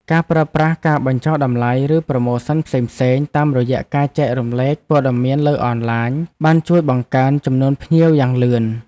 ការប្រើប្រាស់ការបញ្ចុះតម្លៃ ឬប្រូម៉ូសិនផ្សេងៗតាមរយៈការចែករំលែកព័ត៌មានលើអនឡាញបានជួយបង្កើនចំនួនភ្ញៀវយ៉ាងលឿន។